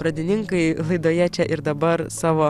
pradininkai laidoje čia ir dabar savo